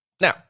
Now